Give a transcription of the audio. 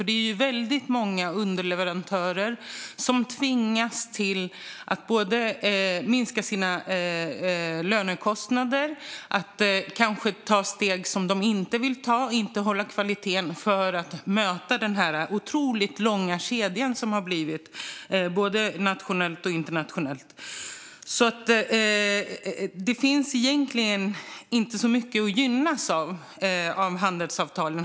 Det är väldigt många underleverantörer som tvingas ta steg de inte vill ta, såsom att minska sina lönekostnader eller sänka kvaliteten, för att möta den otroligt långa kedja som uppstått både nationellt och internationellt. Det finns egentligen inte så mycket att gynnas av i handelsavtalen.